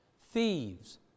thieves